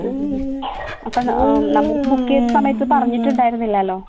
ഉം ഉം ഉം അപ്പം നമ്മൾ ബുക്ക് ചെയ്ത സമയത്ത് പറഞ്ഞിട്ടുണ്ടായിരുന്നില്ലല്ലോ